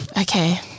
Okay